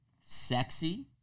Sexy